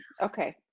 Okay